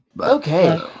Okay